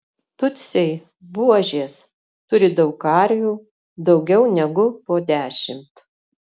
tutsiai buožės turi daug karvių daugiau negu po dešimt